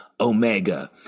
Omega